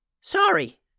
Sorry